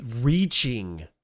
reaching